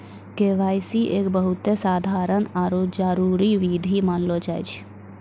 KYC एक बहुते साधारण आरु जरूरी विधि मानलो जाय छै